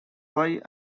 why